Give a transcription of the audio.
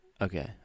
Okay